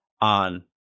on